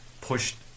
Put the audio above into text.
pushed